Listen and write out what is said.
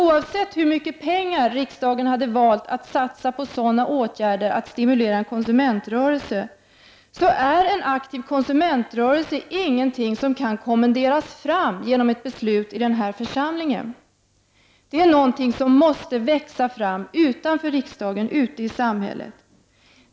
Oavsett hur mycket pengar som riksdagen hade valt att satsa på åtgärder för att stimulera en konsumentrörelse så är en aktiv konsumentrörelse ingenting som kan kommenderas fram genom ett beslut i denna församling. Det är någonting som måste växa fram utanför riksdagen, ute i samhället.